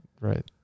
Right